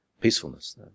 peacefulness